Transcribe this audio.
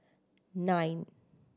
nine